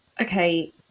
okay